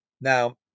Now